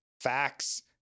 facts